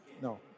No